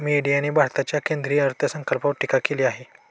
मीडियाने भारताच्या केंद्रीय अर्थसंकल्पावर टीका केली आहे